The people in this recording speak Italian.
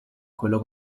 quello